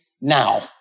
now